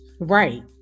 right